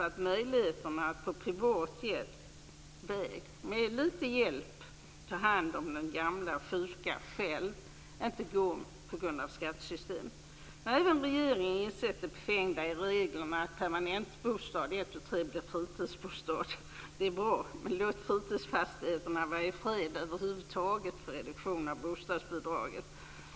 Att på privat väg, med litet hjälp, ta hand om den gamle/sjuke själv, är inte möjligt på grund av skattesystemet. Nu har även regeringen insett det befängda i reglerna, dvs. att en permanentbostad ett, tu, tre blir fritidsbostad. Det är bra, men låt fritidsfastigheterna över huvud taget vara i fred vid reduktionen av bostadsbidraget!